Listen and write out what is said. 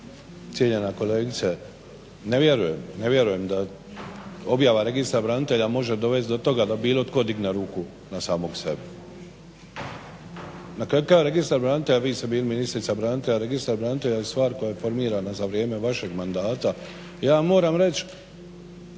cijenjena kolegice. Ne vjerujem, ne vjerujem da objava registra branitelja može dovest do toga da bilo tko digne ruku na samog sebe. Na kraju krajeva registar branitelja, vi ste bili ministrica branitelja, registar branitelja je stvar koja je formirana za vrijeme vašeg mandata. Ja vam moram reć'